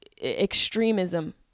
extremism